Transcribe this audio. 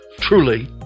truly